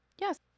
Yes